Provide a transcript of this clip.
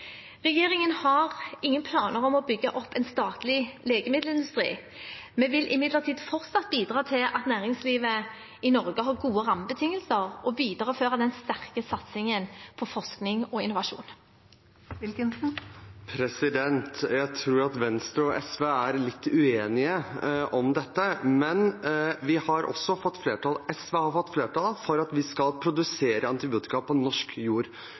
Regjeringen har ingen planer om å bygge opp en statlig legemiddelindustri. Vi vil imidlertid fortsatt bidra til at næringslivet i Norge har gode rammebetingelser, og viderefører den sterke satsingen på forskning og innovasjon. Jeg tror at Venstre og SV er litt uenige om dette, men SV har fått flertall for at vi skal produsere antibiotika på norsk jord.